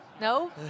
No